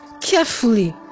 carefully